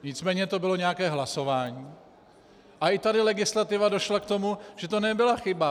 Nicméně to bylo nějaké hlasování a i tady legislativa došla k tomu, že to nebyla chyba.